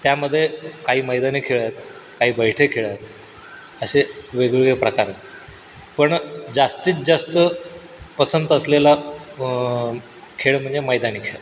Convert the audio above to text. त्यामध्ये काही मैदानी खेळ आहेत काही बैठे खेळ आहेत असे वेगवेगळे प्रकार आहेत पण जास्तीत जास्त पसंत असलेला खेळ म्हणजे मैदानी खेळ